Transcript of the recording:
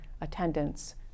attendance